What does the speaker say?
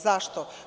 Zašto?